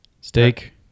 steak